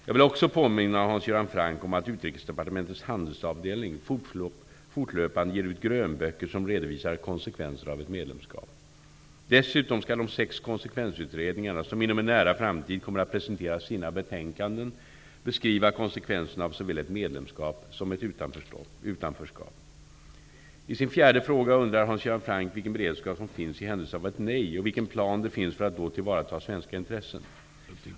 Jag vill också påminna Hans Göran Franck om att Utrikesdepartementets handelsavdelning fortlöpande ger ut grönböcker som redovisar konsekvenser av ett medlemskap. Dessutom skall de sex konsekvensutredningarna, som inom en nära framtid kommer att presentera sina betänkanden, beskriva konsekvenserna av såväl ett medlemskap som ett utanförskap. I sin fjärde fråga undrar Hans Göran Franck vilken beredskap som finns i händelse av ett nej och vilken plan det finns för att då tillvarata svenska intressen.